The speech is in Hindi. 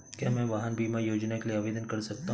क्या मैं वाहन बीमा योजना के लिए आवेदन कर सकता हूँ?